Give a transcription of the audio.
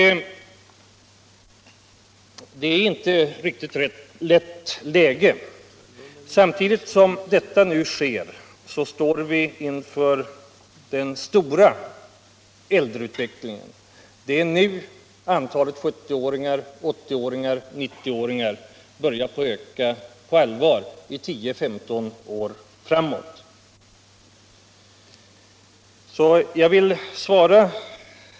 Läget är alltså inte särskilt lätt. I denna situation står vi inför en kraftig äldreutveckling. Det är under de närmaste 10-15 åren som antalet 70-, 80 och 90-åringar börjar öka på allvar.